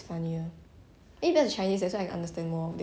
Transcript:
sometimes when you watch Running Man right then 他们 got those inside jokes